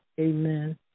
Amen